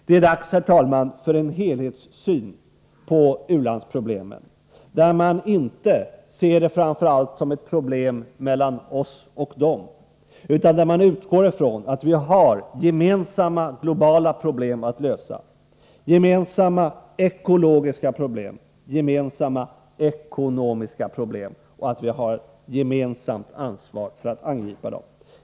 Det är dags, herr talman, för en helhetssyn på u-landsproblemen som innebär att man inte ser dem framför allt som problem mellan oss och dem, utan där man utgår ifrån att vi har gemensamma globala problem, gemensamma ekologiska problem och gemensamma ekonomiska problem och ett gemensamt ansvar för att angripa dem.